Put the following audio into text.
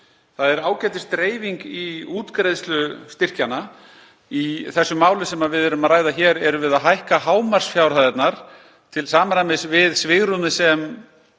Það er ágætisdreifing í útgreiðslu styrkjanna. Í því máli sem við ræðum hér erum við að hækka hámarksfjárhæðirnar til samræmis við svigrúmið sem